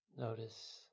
Notice